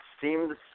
seems